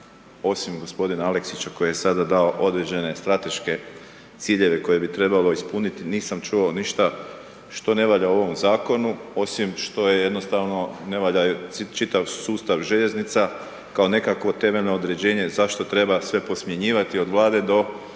osim g. Aleksića koji je sada dao određene strateške ciljeve koje bi trebalo ispuniti, nisam čuo ništa što ne valja u ovom zakonu, osim što jednostavno ne valja čitav sustav željeznica kao temeljno određenje zašto treba sve posmjenjivati, od Vlade do